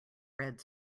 red